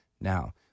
Now